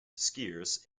skiers